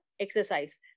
exercise